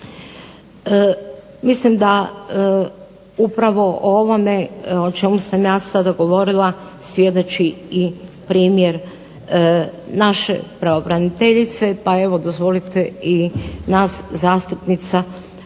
Mislim da upravo o ovome o čemu sam ja sada govori svjedoči i primjer naše pravobraniteljice, pa evo dozvolite i nas zastupnica